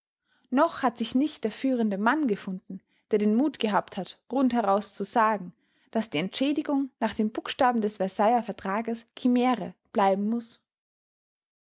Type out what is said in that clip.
noch hat sich nicht der führende mann gefunden der den mut gehabt hat rund heraus zu sagen daß die entschädigung nach den buchstaben des versailler vertrages chimäre bleiben muß